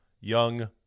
young